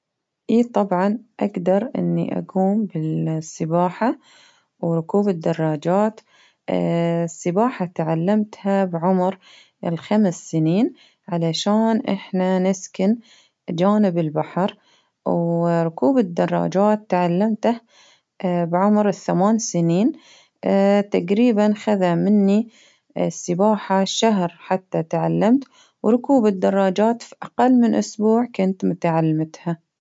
اي طبعا أقدر إني أقوم بالسباحة وركوب الدراجات، السباحة تعلمتها بعمر الخمس سنين، علشان إحنا نسكن جوانب البحر، وركوب الدراجات تعلمته بعمرالثمان سنين، تقريبا خذا مني السباحة شهر حتى تعلمت، وركوب الدراجات في أقل من أسبوع كنت متعلمتها.